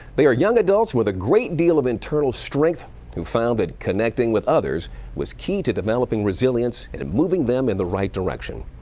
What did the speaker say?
they are young adults with a great deal of internal strength who found that connecting with others was key to developing resilience and to and moving them in the right direction.